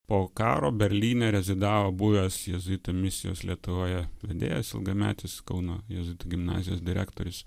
po karo berlyne rezidavo buvęs jėzuitų misijos lietuvoje vedėjas ilgametis kauno jėzuitų gimnazijos direktorius